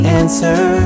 answer